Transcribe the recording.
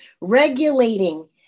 regulating